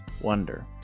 wonder